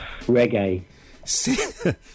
Reggae